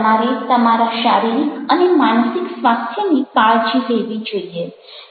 તમારે તમારા શારીરિક અને માનસિક સ્વાસ્થ્યની કાળજી લેવી જોઈએ